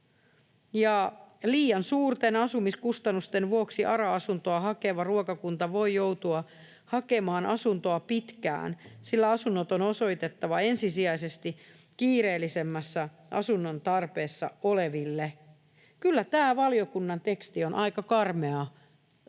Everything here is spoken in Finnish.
Liian suurten asumiskustannusten vuoksi ARA-asuntoa hakeva ruokakunta voi joutua hakemaan asuntoa pitkään, sillä asunnot on osoitettava ensisijaisesti kiireellisemmässä asunnon tarpeessa oleville.” Kyllä tämä valiokunnan teksti on aika karmeaa